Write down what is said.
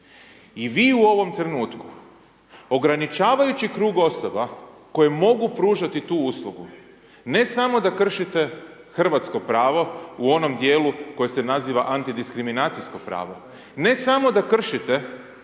i vi u ovom trenutku, ograničavajući krug osoba koje mogu pružati tu uslugu, ne samo da kršite hrvatsko pravo u onom dijelu koje se naziva antidiskriminacijsko pravo, ne samo da kršite pravo